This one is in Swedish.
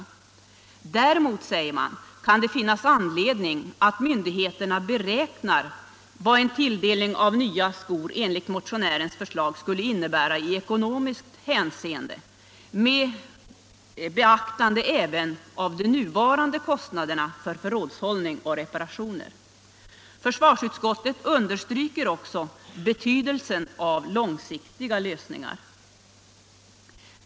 Däremot, säger man, kan det finnas anledning att myndigheterna beräknar vad en tilldelning av nya skor enligt motionärens förslag skulle innebära i ekonomiskt hänseende med beaktande även av de nuvarande kostnaderna för förrådshållning och reparationer. Försvarsutskottet understryker också betydelsen av långsiktiga lösningar.